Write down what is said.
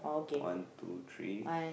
one two three